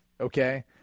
okay